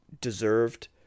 deserved